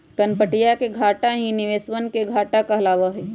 कम्पनीया के घाटा ही निवेशवन के घाटा कहलावा हई